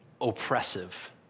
oppressive